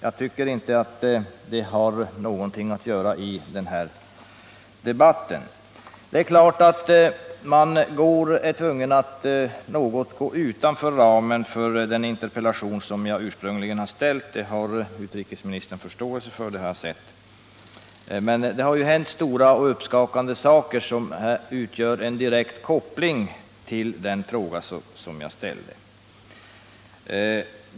Jag tycker inte att de har någonting att göra i den här debatten. Det är klart att jag här är tvungen att gå något utanför ramen för den interpellation som jag ursprungligen har framställt, och det har utrikesministern förståelse för. Det har hänt stora och uppskakande saker som utgör en direkt koppling till den fråga jag ställde.